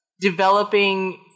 Developing